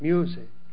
Music